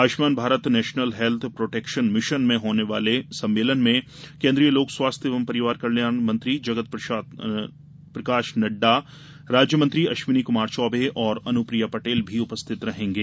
Ayushman Bharat National Health Protection Mission में होने वाले सम्मेलन में केन्द्रीय लोक स्वास्थ्य एवं परिवार कल्याण मंत्री जगत प्रकाश नड़डा राज्य मंत्री अश्विनी कुमार चौबे और अनुप्रिया पटेल भी उपस्थित रहेंगे